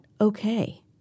okay